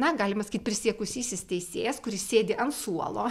na galima sakyt prisiekusysis teisėjas kuris sėdi ant suolo